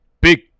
big